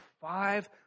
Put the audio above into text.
five